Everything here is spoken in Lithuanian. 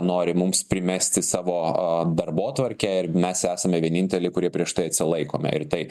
nori mums primesti savo darbotvarkę ir mes esame vieninteliai kurie prieš tai atsilaikome ir tai